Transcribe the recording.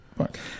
okay